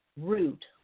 root